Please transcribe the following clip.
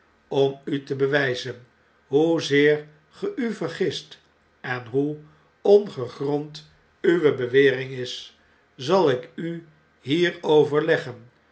om u te bewpen hoezeer ge u vergist en hoe ongegrond uwe bewering is zal ik u hier overleggen